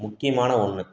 முக்கியமான ஒன்று